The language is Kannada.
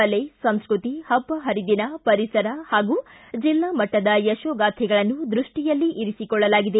ಕಲೆ ಸಂಸ್ಕೃತಿ ಹಬ್ಬ ಹರಿದಿನ ಪರಿಸರ ಹಾಗೂ ಜಿಲ್ಲಾಮಟ್ಟದ ಯಶೋಗಾಥೆಗಳನ್ನು ದೃಷ್ಟಿಯಲ್ಲಿ ಇರಿಸಿಕೊಳ್ಳಲಾಗಿದೆ